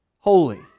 holy